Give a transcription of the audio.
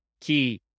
Key